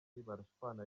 barashwana